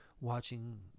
watching